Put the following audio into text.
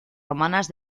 romanas